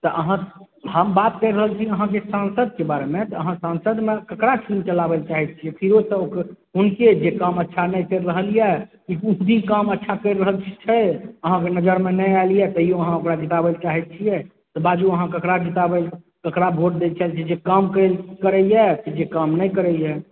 अहाँ हम बात करि रहल छी अहाँके सांसद के बारे मे तऽ अहाँ सांसदमे ककरा चुनि कऽ लाबए चाहै छी फिरोसँ हुनके जे काम अच्छा नहि करि रहल यऽ की किछु दिन काम अच्छा करि रहल छै अहाँके नजर मे नहि आयल यऽ तैयो अहाँ ओकरा जिताबै लेल चाहै छियै तऽ बाजू अहाँ ककरा जिताबैला ककरा भोट दै चाहै छियै जे काम करैया की जे काम नहि करैया